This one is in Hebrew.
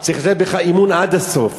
הוא צריך לתת בך אמון עד הסוף.